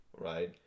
right